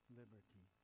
liberty